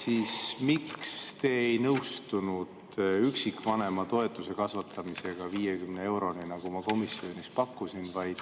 siis miks te ei nõustunud üksikvanema toetuse kasvatamisega 50 euroni, nagu ma komisjonis pakkusin, vaid